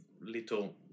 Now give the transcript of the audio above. little